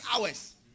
hours